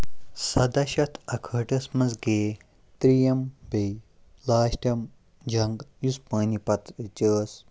سَداہ شٮ۪تھ اَکہٕ ہٲٹِس منٛز گٔیے ترٛیٚیِم بیٚیہِ لاسٹِم جنٛگ یُس پانیٖپَتٕچ ٲس